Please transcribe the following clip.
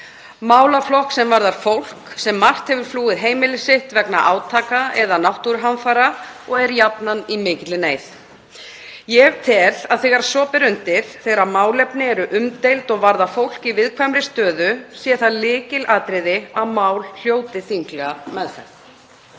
Málaflokk sem varðar fólk sem margt hefur flúið heimili sitt vegna átaka eða náttúruhamfara og er jafnan í mikilli neyð. Ég tel að þegar svo ber undir að málefni eru umdeild og varða fólk í viðkvæmri stöðu sé það lykilatriði að mál hljóti þinglega meðferð.